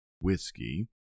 Whiskey